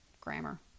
grammar